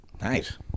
Nice